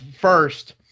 First